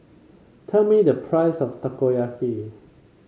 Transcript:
tell me the price of Takoyaki